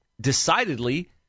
decidedly